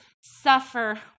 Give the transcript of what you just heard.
suffer